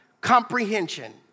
comprehension